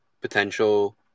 potential